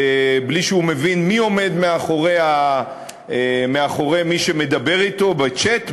בלי שהוא מבין מי עומד מאחורי מי שמדבר אתו בצ'ט,